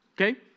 okay